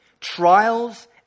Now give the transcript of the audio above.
trials